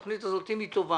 אם התוכנית הזאת טובה,